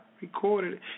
recorded